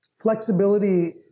Flexibility